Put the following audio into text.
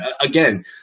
Again